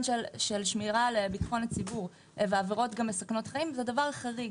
של שמירה על ביטחון הציבור ועבירות מסכנות חיים זה דבר חריג.